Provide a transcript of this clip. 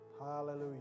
Hallelujah